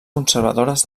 conservadores